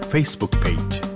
Facebook-page